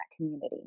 community